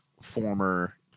Former